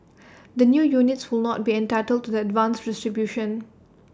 the new units will not be entitled to the advanced distribution